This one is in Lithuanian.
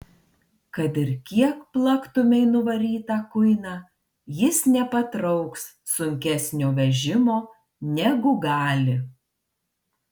kad ir kiek plaktumei nuvarytą kuiną jis nepatrauks sunkesnio vežimo negu gali